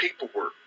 paperwork